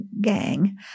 gang